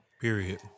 Period